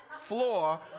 floor